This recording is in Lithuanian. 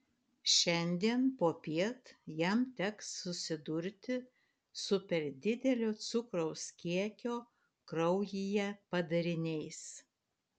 šiandien popiet jam teks susidurti su per didelio cukraus kiekio kraujyje padariniais